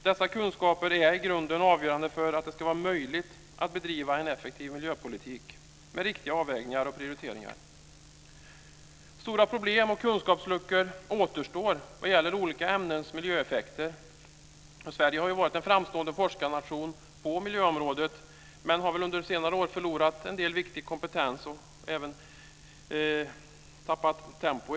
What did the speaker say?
Dessa kunskaper är i grunden avgörande för att det ska vara möjligt att bedriva en effektiv miljöpolitik med riktiga avvägningar och prioriteringar. Stora problem och kunskapsluckor återstår vad gäller olika ämnens miljöeffekter, och Sverige har varit en framstående forskarnation på miljöområdet men har väl under senare år förlorat en del viktig kompetens och även tappat tempo.